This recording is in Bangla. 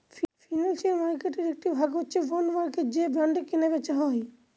ফিনান্সিয়াল মার্কেটের একটি ভাগ হচ্ছে বন্ড মার্কেট যে বন্ডে কেনা বেচা হয়